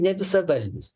ne visavaldis